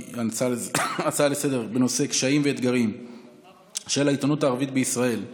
היא בנושא: קשיים ואתגרים של העיתונות הערבית בישראל,